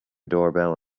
doorbell